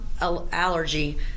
allergy